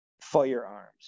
firearms